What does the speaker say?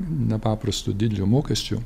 nepaprasto didelio mokesčio